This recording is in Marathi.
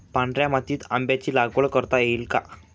पांढऱ्या मातीत आंब्याची लागवड करता येईल का?